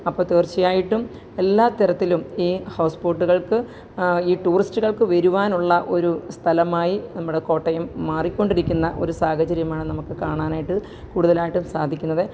അപ്പോൾ തീര്ച്ചയായിട്ടും എല്ലാതരത്തിലും ഈ ഹൗസ് ബോട്ടുകള്ക്ക് ഈ ടൂറിസ്റ്റുകള്ക്കു വരുവാനുള്ള ഒരു സ്ഥലമായി നമ്മുടെ കോട്ടയം മാറിക്കൊണ്ടിരിക്കുന്ന ഒരു സാഹചര്യമാണ് നമുക്ക് കാണാനായിട്ട് കൂടുതലായിട്ട് സാധിക്കുന്നത്